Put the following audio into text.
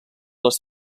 les